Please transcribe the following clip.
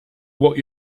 what